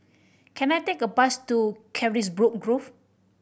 can I take a bus to Carisbrooke Grove